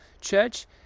church